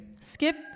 Skip